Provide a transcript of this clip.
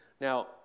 Now